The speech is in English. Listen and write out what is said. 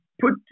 put